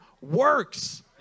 works